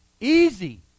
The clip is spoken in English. easy